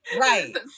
Right